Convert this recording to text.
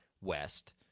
West